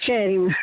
சரிங்க